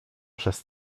przez